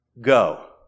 go